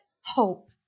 Hope